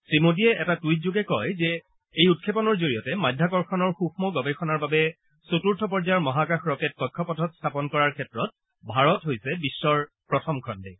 শ্ৰীমোদীয়ে এটা টুইটযোগে কয় যে এই উৎক্ষেপনৰ জৰিয়তে মাধ্যাকৰ্যণৰ সূক্ষ্ম গৱেষণাৰ বাবে চতুৰ্থ পৰ্যায়ৰ মহাকাশ ৰকেট কক্ষপথত স্থাপন কৰাৰ ক্ষেত্ৰত ভাৰত হৈছে বিশ্বৰ প্ৰথমখন দেশ